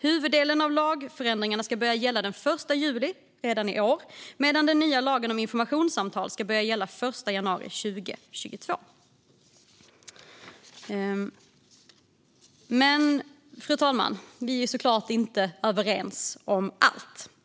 Huvuddelen av lagändringarna ska börja gälla den 1 juli redan i år medan den nya lagen om informationssamtal ska börja gälla den 1 januari 2022. Fru talman! Men vi är såklart inte överens om allt.